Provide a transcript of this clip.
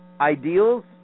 ideals